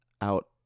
out